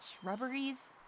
Shrubberies